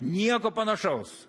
nieko panašaus